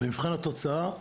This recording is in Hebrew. במבחן התוצאה,